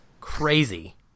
crazy